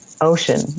ocean